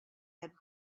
had